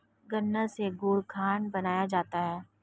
गन्ना से गुड़ खांड बनाया जाता है